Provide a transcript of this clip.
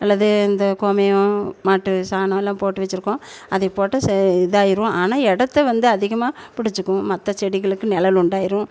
அல்லது இந்த கோமியம் மாட்டு சாணம் எல்லாம் போட்டு வெச்சுருக்கோம் அதை போட்டால் ச இதாகிரும் ஆனால் இடத்த வந்து அதிகமாக பிடிச்சிக்கும் மற்ற செடிகளுக்கு நிழல் உண்டாயிடும்